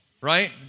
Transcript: right